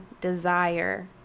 desire